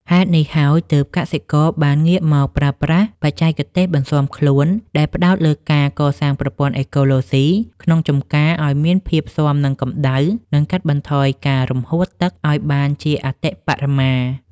ហេតុនេះហើយ ទើបកសិករបានងាកមកប្រើប្រាស់បច្ចេកទេសបន្ស៊ាំខ្លួនដែលផ្ដោតលើការកសាងប្រព័ន្ធអេកូឡូស៊ីក្នុងចម្ការឱ្យមានភាពស៊ាំនឹងកម្ដៅ និងកាត់បន្ថយការរំហួតទឹកឱ្យបានជាអតិបរមា។